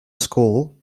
school